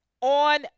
on